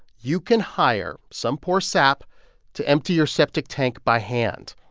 you can hire some poor sap to empty your septic tank by hand.